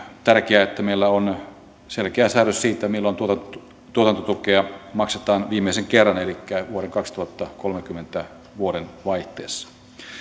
se että meillä on selkeä säädös siitä milloin tuotantotukea maksetaan viimeisen kerran vuoden kaksituhattakolmekymmentä vuodenvaihteessa